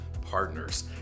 partners